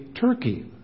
Turkey